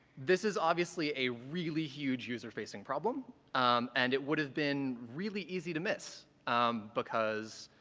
this is obviously a really huge user facing problem and it would have been really easy to miss um because